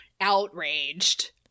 outraged